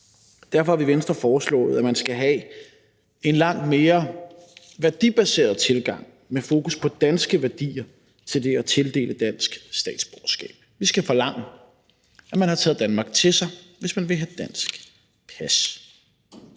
Derfor har vi i Venstre foreslået, at man skal have en langt mere værdibaseret tilgang med fokus på danske værdier til det at tildele dansk statsborgerskab. Vi skal forlange, at man har taget Danmark til sig, hvis man vil have dansk pas.